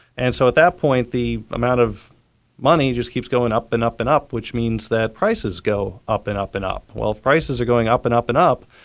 and so at the point, the amount of money just keeps going up and up and up, which means that prices go up and up and up. well, if prices are going up and up and up,